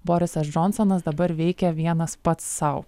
borisas džonsonas dabar veikia vienas pats sau